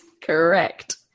correct